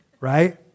right